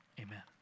amen